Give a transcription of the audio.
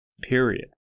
period